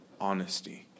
honesty